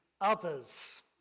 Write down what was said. others